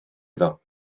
iddo